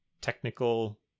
technical